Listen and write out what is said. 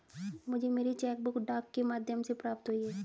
मुझे मेरी cheque book डाक के माध्यम से प्राप्त हुई है